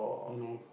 no